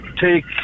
take